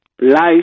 life